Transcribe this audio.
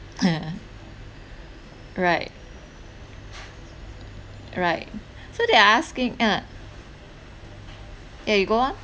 ah right right so they are asking ah yeah you go on